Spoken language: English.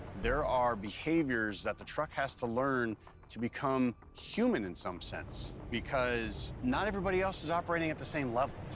there are behaviors that the truck has to learn to become human, in some sense, because not everybody else is operating at the same level.